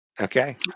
Okay